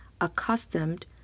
accustomed